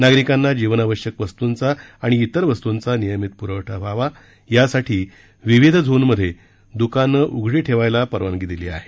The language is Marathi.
नागरिकांना जीवनावश्यक वस्तूंचा आणि अन्य वस्तूंचा नियमित प्रवठा व्हावा यासाठी विविध झोनमध्ये दकाने उघडी ठेवण्यास परवानगी देण्यात आली आहे